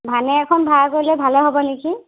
ভানে এখন ভাড়া কৰিলে ভালে হ'ব নেকি